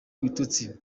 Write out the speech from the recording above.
ibitutsi